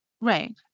Right